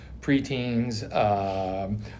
preteens